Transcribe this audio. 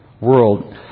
world